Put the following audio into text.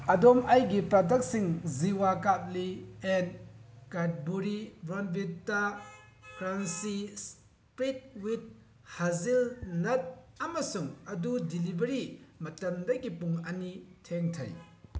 ꯑꯗꯣꯝ ꯑꯩꯒꯤ ꯄ꯭ꯔꯗꯛꯁꯤꯡ ꯖꯤꯋꯥ ꯀꯥꯞꯂꯤ and Cadbury Bournvita crunchy spread with hazelnut ꯑꯃꯁꯨꯡ ꯑꯗꯨ ꯗꯤꯂꯤꯕꯔꯤ ꯃꯇꯝꯗꯒꯤ ꯄꯨꯡ ꯑꯅꯤ ꯊꯦꯡꯊꯩ